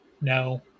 No